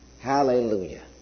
Hallelujah